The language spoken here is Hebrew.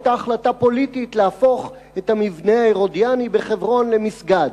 להפוך את המבנה ההרודיאני בחברון למסגד.